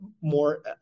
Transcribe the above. more